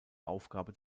aufgabe